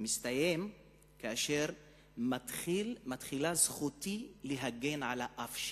מסתיים כאשר מתחילה זכותי להגן על האף שלי.